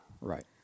Right